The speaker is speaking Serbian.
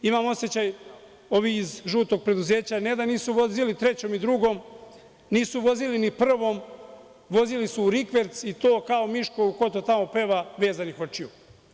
Imam osećaj da ovih iz žutog preduzeća ne da nisu vozili trećom i drugom, nisu vozili ni prvom, vozili su u rikverc i to kao Miško u „Ko to tamo peva“ vezanih očiju.